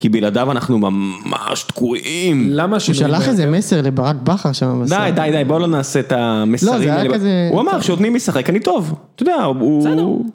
כי בלעדיו אנחנו ממש תקועים למה שהוא שלח איזה מסר לברק בכר שמה די די בוא נעשה את המסעדה הוא אמר שנותים לי לשחק אני טוב